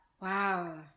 Wow